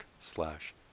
slash